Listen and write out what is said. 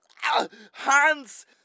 Hans